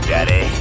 Daddy